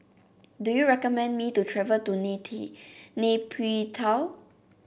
do you recommend me to travel to Nay Pyi Taw